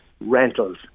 rentals